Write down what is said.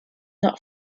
not